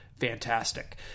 fantastic